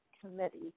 committee